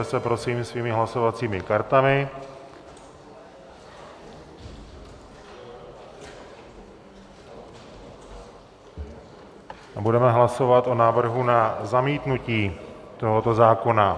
Přihlaste se prosím svými hlasovacími kartami a budeme hlasovat o návrhu na zamítnutí tohoto zákona.